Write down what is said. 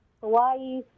Hawaii